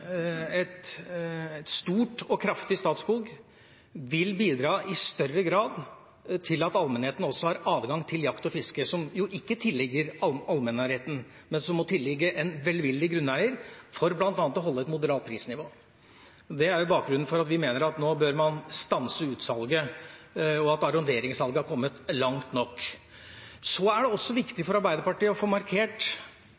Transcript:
et stort og kraftig Statskog vil bidra i større grad til at allmennheten også har adgang til jakt og fiske, som jo ikke tilligger allemannsretten, men som må tilligge en velvillig grunneier for bl.a. å holde et moderat prisnivå. Det er bakgrunnen for at vi mener at man nå bør stanse utsalget, og at arronderingssalget har kommet langt nok. Så er det også viktig for Arbeiderpartiet å få markert